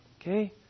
okay